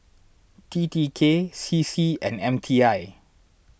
T T K C C and M T I